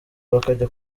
bakajya